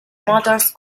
motors